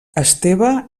esteve